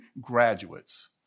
graduates